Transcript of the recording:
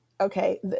okay